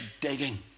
digging